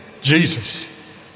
Jesus